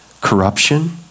corruption